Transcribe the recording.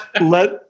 let